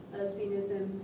lesbianism